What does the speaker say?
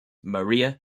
maria